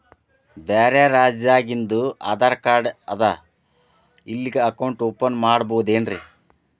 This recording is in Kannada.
ಬ್ಯಾರೆ ರಾಜ್ಯಾದಾಗಿಂದು ಆಧಾರ್ ಕಾರ್ಡ್ ಅದಾ ಇಲ್ಲಿ ಅಕೌಂಟ್ ಓಪನ್ ಮಾಡಬೋದೇನ್ರಿ?